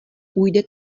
půjde